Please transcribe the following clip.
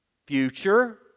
future